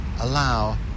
allow